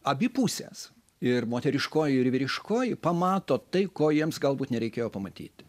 abi pusės ir moteriškoji ir vyriškoji pamato tai ko jiems galbūt nereikėjo pamatyti